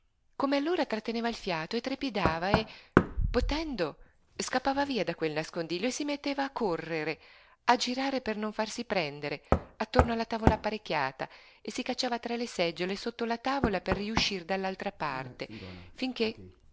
come allora tratteneva il fiato e trepidava e potendo scappava via da quel nascondiglio e si metteva a correre a girare per non farsi prendere attorno alla tavola apparecchiata e si cacciava tra le seggiole sotto la tavola per riuscir dall'altra parte finché